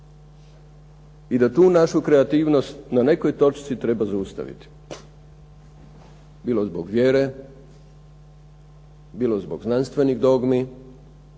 i da tu našu kreativnost na nekoj točci treba zaustaviti, bilo zbog vjere, bilo zbog predrasuda i